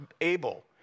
able